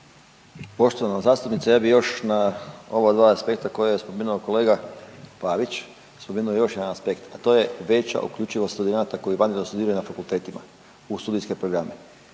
Poštovana zastupnice, ja bih još na ova dva aspekta koja je spomenuo kolega Pavić, spomenuo još jedan aspekt, a to je veća uključivost studenata koji vanredno studiraju na fakultetima u studijske programe.